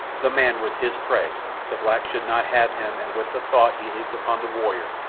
the man was his prey the black should not have him, and with the thought he leaped upon the warrior,